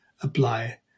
apply